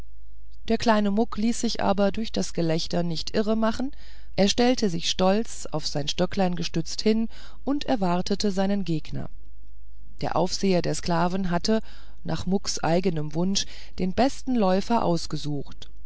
der kleine muck ließ sich aber durch das gelächter nicht irremachen er stellte sich stolz auf sein stöcklein gestützt hin und erwartete seinen gegner der aufseher der sklaven hatte nach mucks eigenem wunsche den besten läufer ausgesucht